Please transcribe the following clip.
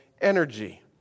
energy